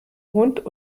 hund